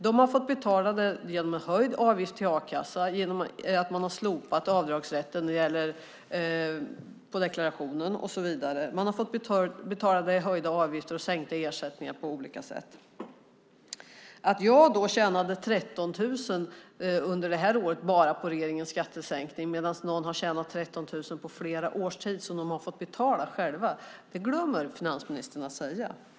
De har fått betala genom höjd avgift till a-kassan, genom att man har slopat avdragsrätten på deklarationen och så vidare. Man har fått betala genom höjda avgifter och sänkta ersättningar på olika sätt. Att jag tjänade 13 000 under det här året bara på regeringens skattesänkning medan någon har tjänat 13 000 på flera års tid som de har fått betala själva glömmer finansministern att säga. Herr talman!